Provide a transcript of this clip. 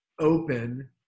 open